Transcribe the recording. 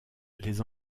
les